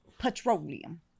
Petroleum